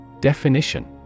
Definition